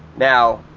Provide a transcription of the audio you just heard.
now,